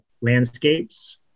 landscapes